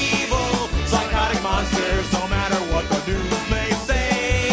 psychotic monsters no matter what the news may say